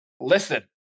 Listen